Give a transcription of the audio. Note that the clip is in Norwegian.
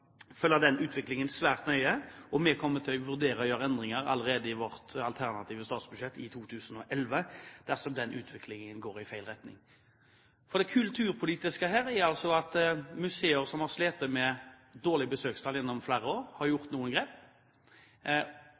vurdere å gjøre endringer allerede i vårt alternative statsbudsjett i 2011 dersom utviklingen går i feil retning. Det kulturpolitiske her er at museer som har slitt med dårlige besøkstall gjennom flere år, har tatt noen grep